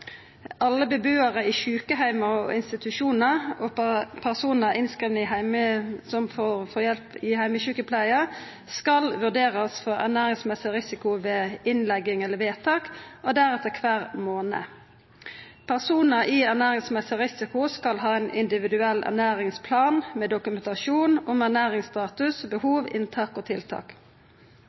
Alle bebuarar på sjukeheimar og institusjonar og personar som får hjelp i heimesjukepleia, skal vurderast for ernæringsrisiko ved innlegging eller vedtak og deretter kvar månad. Personar med ernæringsrisiko skal ha ein individuell ernæringsplan med dokumentasjon om ernæringsstatus, behov, inntak og tiltak.